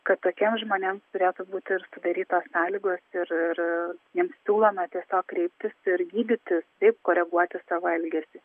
kad tokiems žmonėm turėtų būti ir sudarytos sąlygos ir ir jiems siūloma tiesiog kreiptis ir gydytis taip koreguoti savo elgesį